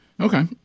Okay